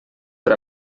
per